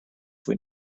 fwy